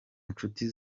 nshuti